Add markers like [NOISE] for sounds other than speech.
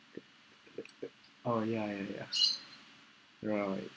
[LAUGHS] oh ya ya ya right